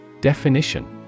Definition